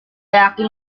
yakin